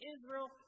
Israel